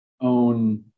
own